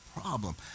problem